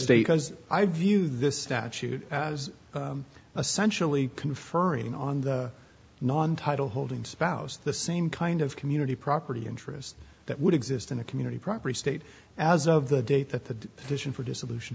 state because i view this statute as a sensually conferring on the non title holding spouse the same kind of community property interest that would exist in a community property state as of the date that the vision for dissolution